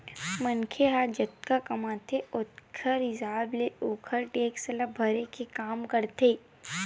मनखे ह जतका कमाथे ओखर हिसाब ले ओहा टेक्स ल भरे के काम करथे